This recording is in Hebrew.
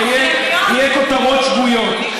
ויהיו כותרות שגויות.